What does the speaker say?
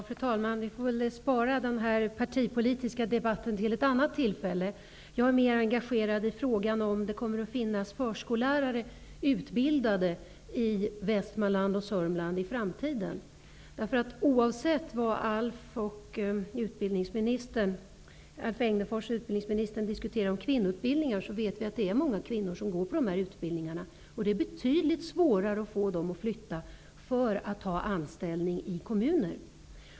Fru talman! Vi får väl spara denna partipolitiska debatt till ett annat tillfälle. Jag är mer engagerad i frågan om huruvida det kommer att finnas utbildade förskollärare i Västmanland och Alf Egnerfors och utbildningsministern diskuterar det faktum att det rör sig om kvinnoutbildningar. Oavsett om det är så eller inte vet vi att många kvinnor går på dessa utbildningar. Det är betydligt svårare att få dem att flytta för att ta anställning i kommuner.